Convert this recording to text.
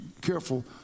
careful